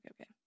Okay